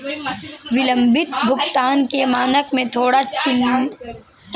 विलंबित भुगतान के मानक में थोड़ा लचीलापन होना चाहिए